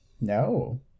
No